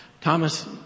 Thomas